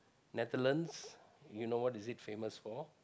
Netherland you know what it is famous for